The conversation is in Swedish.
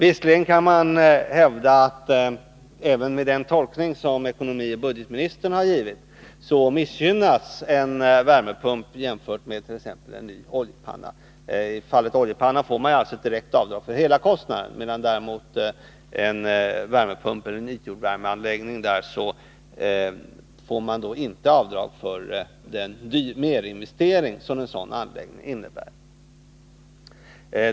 Visserligen kan man hävda att även med den tolkning som ekonomioch budgetministern har givit missgynnas en värmepump jämfört medt.ex. en ny oljepanna. I fallet oljepanna får man alltså ett direkt avdrag för hela kostnaden, medan man däremot när det gäller en värmepump eller en ytjordvärmeanläggning inte får avdrag för den merinvestering som en sådan anläggning innebär.